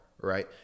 right